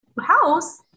house